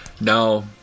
No